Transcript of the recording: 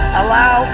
allow